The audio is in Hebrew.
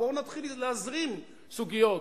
בואו נתחיל להזרים סוגיות.